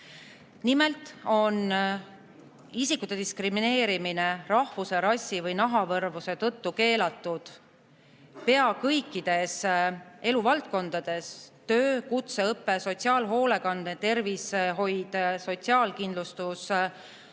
Nimelt on isikute diskrimineerimine rahvuse, rassi või nahavärvuse tõttu keelatud pea kõikides eluvaldkondades: töö, kutseõpe, sotsiaalhoolekanne, tervishoid, sotsiaalkindlustus,